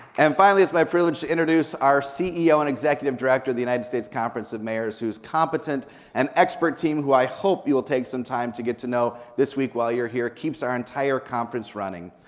and finally, it's my privilege to introduce our ceo and executive director of the united states conference of mayors who's competent and expert team who i hope you'll take some time to get to know this week while you're here keeps our entire conference running.